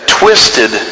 twisted